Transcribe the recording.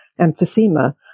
emphysema